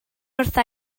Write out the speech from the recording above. wrtha